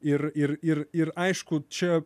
ir ir ir ir aišku čia